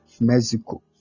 Mexico